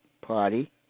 Party